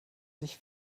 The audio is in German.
sich